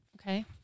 Okay